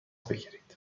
بگیرید